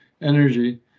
energy